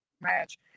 match